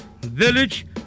Village